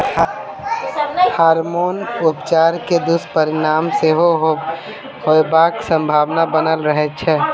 hormone उपचार के दुष्परिणाम सेहो होयबाक संभावना बनल रहैत छै